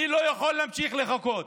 אני לא יכול להמשיך לחכות.